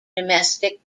domestic